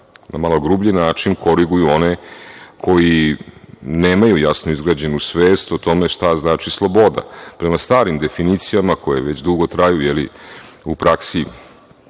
na malo grublji način koriguju one koji nemaju jasno izgrađenu svest o tome šta znači sloboda. Prema starim definicijama koje već dugo traju, je